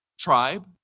Tribe